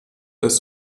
das